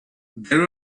there